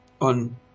on